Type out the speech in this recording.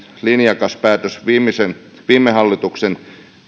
linjakas päätös jatkumoa viime hallituksen